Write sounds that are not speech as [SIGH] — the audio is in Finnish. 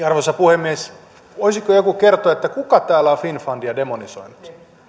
[UNINTELLIGIBLE] arvoisa puhemies voisiko joku kertoa kuka täällä on finnfundia demonisoinut